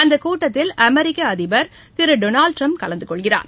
அந்தக் கூட்டத்தில் அமெரிக்க அதிபர் திரு டொனால்டு டிரம்ப் கலந்து கொள்கிறார்